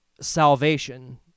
Salvation